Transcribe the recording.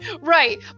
Right